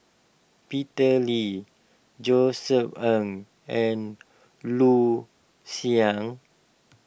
Peter Lee Josef Ng and Loo